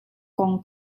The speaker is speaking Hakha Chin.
kong